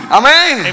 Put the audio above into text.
amen